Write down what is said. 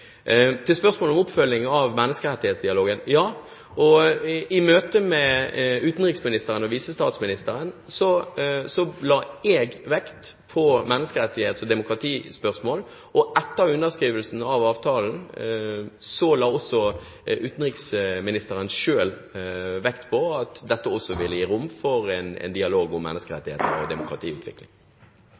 Til spørsmålet om oppfølging av menneskerettighetsdialogen: Ja, i møte med utenriksministeren og visestatsministeren la jeg vekt på menneskerettighets- og demokratispørsmål, og etter underskrivelsen av avtalen la også utenriksministeren selv vekt på at dette også vil gi rom for en dialog om menneskerettigheter og demokratiutvikling.